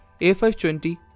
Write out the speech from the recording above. A520